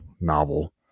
novel